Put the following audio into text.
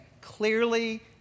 clearly